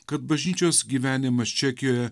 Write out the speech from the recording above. kad bažnyčios gyvenimas čekijoje